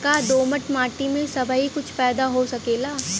का दोमट माटी में सबही कुछ पैदा हो सकेला?